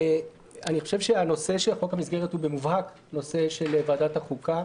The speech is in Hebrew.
אני חושב שהנושא של חוק המסגרת הוא במובהק נושא של ועדת החוקה.